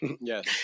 Yes